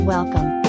Welcome